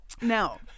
Now